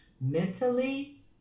mentally